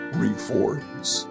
reforms